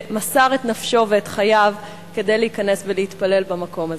שמסר את נפשו ואת חייו כדי להיכנס ולהתפלל במקום הזה.